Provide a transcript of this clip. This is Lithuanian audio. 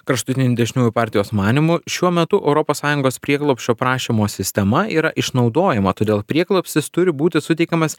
kraštutinių dešiniųjų partijos manymu šiuo metu europos sąjungos prieglobščio prašymo sistema yra išnaudojama todėl prieglobstis turi būti suteikiamas